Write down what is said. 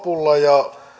lopulla ja